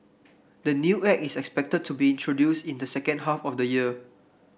the new Act is expected to be introduced in the second half of the year